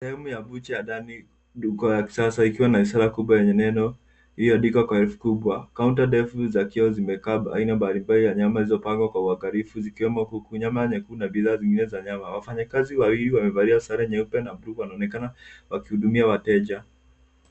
Sehemu ya butcher ndani ya duka ya kisasa ikiwa na ishara kubwa yenye neno iliyoandikwa kwa herufi kubwa, counter ndefu za kioo zimekaa aina mbalimbali za nyama zilizopangwa kwa uangalifu zikiwemo kuku, nyama nyekundu na bidhaa zingine za nyama. Wafanyakazi wawiki wamevalia sare nyeupe na bluu wanaonekana wakihudumia wateja.